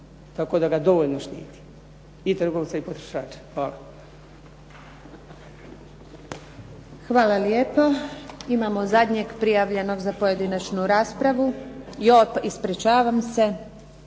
tako da ga dovoljno štiti i trgovca i potrošača. Hvala. **Antunović, Željka (SDP)** Hvala lijepo. Imamo zadnjeg prijavljenog za pojedinačnu raspravu. Ispričavam se.